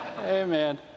Amen